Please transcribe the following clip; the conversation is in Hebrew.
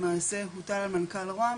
למעשה הוטל על מנכ"ל רוה"מ,